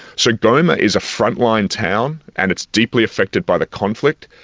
so goma is a frontline town and it's deeply affected by the conflict,